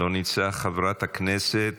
אינו נוכח, חבר הכנסת